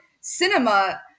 cinema